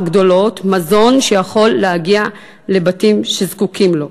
גדולות מזון שיכול להגיע לבתים שזקוקים לו.